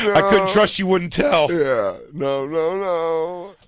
i couldn't trust she wouldn't tell. yeah. no, no, no!